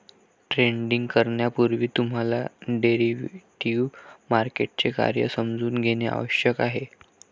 trading करण्यापूर्वी तुम्हाला derivative मार्केटचे कार्य समजून घेणे आवश्यक आहे